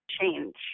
change